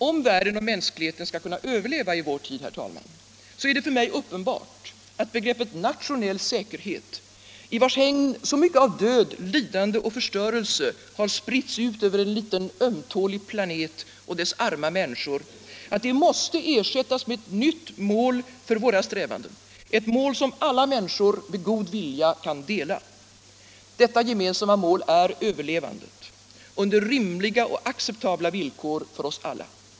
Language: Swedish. Om världen och mänskligheten skall kunna överleva i vår tid är det för mig uppenbart att begreppet nationell säkerhet, i vars hägn så mycket av död, lidanden och förstörelse har spritts ut över en liten ömtålig planet och dess arma människor, måste ersättas med ett nytt mål för våra strä vanden, ett mål som alla människor med god vilja kan dela. Detta gemensamma mål är överlevande, under rimliga och acceptabla villkor för oss alla.